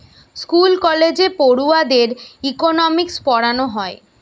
school কলেজে পড়ুয়াদের economics পোড়ানা হয়